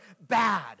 bad